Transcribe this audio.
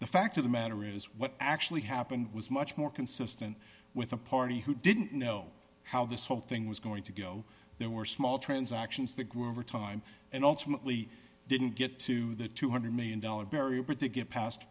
the fact of the matter is what actually happened was much more consistent with a party who didn't know how this whole thing was going to go there were small transactions that grew over time and ultimately didn't get to the two hundred million dollars barrier pretty get past